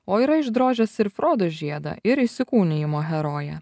o yra išdrožęs ir frodo žiedą ir įsikūnijimo heroję